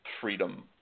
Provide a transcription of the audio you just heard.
freedom